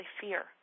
fear